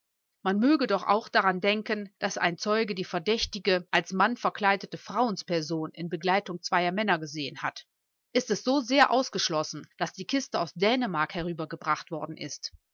man möge doch auch daran denken daß ein zeuge die verdächtige als mann verkleidete frauensperson in begleitung zweier männer gesehen hat ist es so sehr ausgeschlossen daß die kiste aus dänemark herübergebracht worden ist